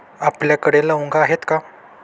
आपल्याकडे लवंगा आहेत का?